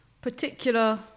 particular